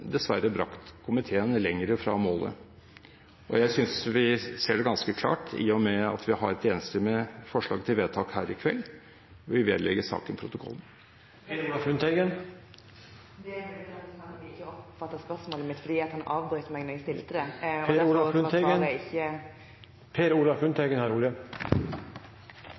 dessverre har brakt komiteen lenger fra målet. Og jeg synes vi ser det ganske klart, i og med at vi har et enstemmig forslag til vedtak her i kveld: Vi vedlegger saken protokollen. Representanten Tetzschner sier at han er uenig i omfang, gjennomføring og temavalg og kommer med ganske udefinerte kommentarer om sideløpende kommentarvirksomhet. Faktum er at